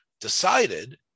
decided